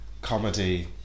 Comedy